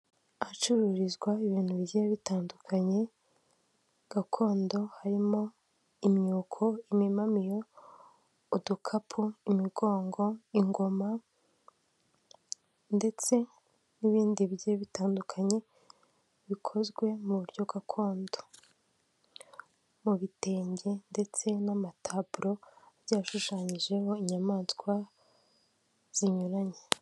Ahacururizwa ibintu bigiye bitandukanye gakondo harimo imyuko, imimamiyo, udukapu, imigongo, ingoma ndetse n'ibindi bigiye bitandukanye bikozwe mu buryo gakondo, mu bitenge ndetse n'amataburo byashushanyijeho inyamaswa zinyuranye.